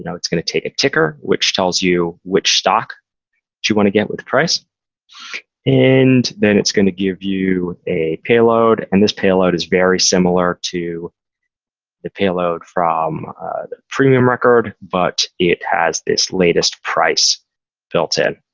you know it's going to take a ticker, which tells you which stock do you want to get with price and then it's going to give you a payload. and this payload is very similar to the payload from a premium record, but it has this latest price built in.